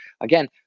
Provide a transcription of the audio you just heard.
again